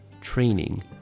training